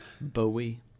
Bowie